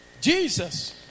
Jesus